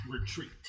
retreat